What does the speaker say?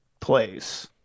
place